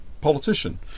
politician